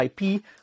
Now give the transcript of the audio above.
IP